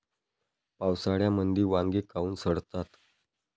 पावसाळ्यामंदी वांगे काऊन सडतात?